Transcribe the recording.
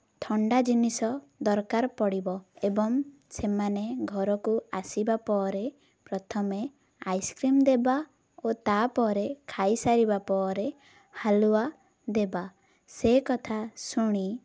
ଥଣ୍ଡା ଜିନିଷ ଦରକାର ପଡ଼ିବ ଏବଂ ସେମାନେ ଘରକୁ ଆସିବା ପରେ ପ୍ରଥମେ ଆଇସ୍ କ୍ରିମ୍ ଦେବା ଓ ତା'ପରେ ଖାଇସାରିବା ପରେ ହାଲୁଆ ଦେବା ସେ କଥା ଶୁଣି